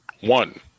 one